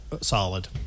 solid